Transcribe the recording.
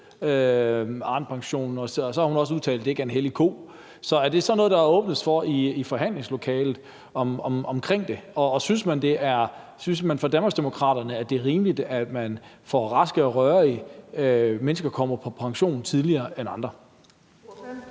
Arnepensionen, og så har hun også udtalt, at det ikke er en hellig ko. Så er det sådan noget, der åbnes for i forhandlingslokalet, og synes man fra Danmarksdemokraternes side, det er rimeligt, at raske og rørige mennesker kommer på pension tidligere end andre?